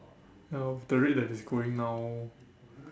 ya with the rate that it's going now